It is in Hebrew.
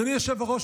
אדוני היושב-ראש,